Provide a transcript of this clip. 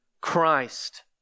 Christ